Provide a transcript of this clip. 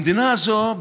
המדינה הזאת,